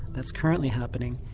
that's currently happening,